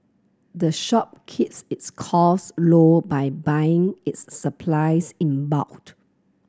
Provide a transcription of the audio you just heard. the shop keeps its cost low by buying its supplies in